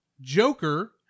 Joker